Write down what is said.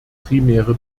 primäre